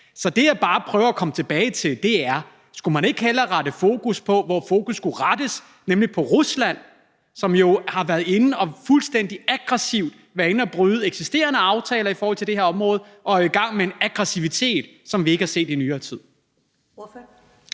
Så det, jeg bare prøver at komme tilbage til, er: Skulle man ikke hellere rette fokus, hvor fokus skal rettes, nemlig mod Rusland, som jo fuldstændig aggressivt har været inde at bryde eksisterende aftaler i forhold til det her område og er i gang med en aggressivitet, som vi ikke har set i nyere tid?